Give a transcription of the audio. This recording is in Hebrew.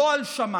לא על "שמע".